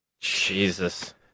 Jesus